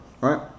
Right